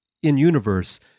In-universe